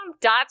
dot